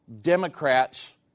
Democrats